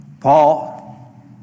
Paul